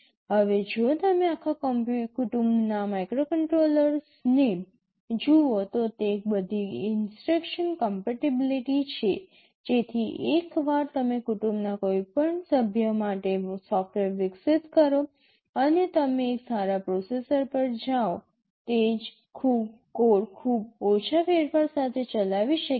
હવે જો તમે આખા કુટુંબના માઇક્રોકન્ટ્રોલર્સને જુઓ તો તે બધી ઇન્સટ્રક્શન કમ્પેટીબલ છે જેથી એકવાર તમે કુટુંબના કોઈ સભ્ય માટે સોફ્ટવેર વિકસિત કરો અને તમે એક સારા પ્રોસેસર પર જાઓ તે જ કોડ ખૂબ ઓછા ફેરફાર સાથે ચલાવી શકે છે